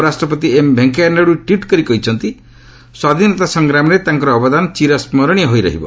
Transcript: ଉପରାଷ୍ଟ୍ରପତି M Venkaiah Naidu tweet କରି କହିଛନ୍ତି ସ୍ୱାଧୀନତା ସଂଗ୍ରାମରେ ତାଙ୍କର ଅବଦାନ ଚିର ସ୍କରଣୀୟହୋଇ ରହିବ